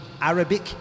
Arabic